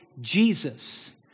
Jesus